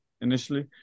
initially